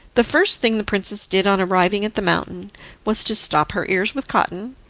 the first thing the princess did on arriving at the mountain was to stop her ears with cotton,